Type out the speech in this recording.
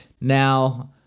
Now